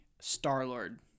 Star-Lord